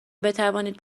بتوانید